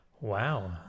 wow